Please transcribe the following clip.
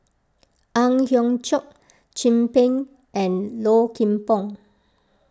Ang Hiong Chiok Chin Peng and Low Kim Pong